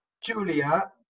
Julia